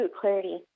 clarity